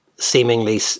seemingly